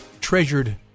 treasured